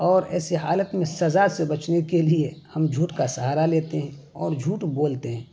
اور ایسے حالت میں سزا سے بچنے کے لیے ہم جھوٹ کا سہارا لیتے ہیں اور جھوٹ بولتے ہیں